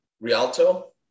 Rialto